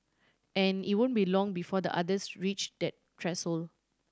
and it won't be long before the otters reach that threshold